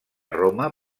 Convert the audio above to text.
roma